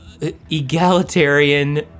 egalitarian